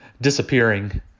disappearing